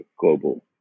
global